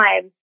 time